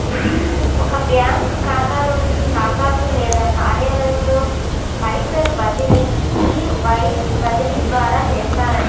ఒక బ్యాంకు ఖాతా నుండి ఖాతాకు లేదా కార్యాలయంలో పైసలు బదిలీ ఈ వైర్ బదిలీ ద్వారా చేస్తారట